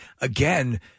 again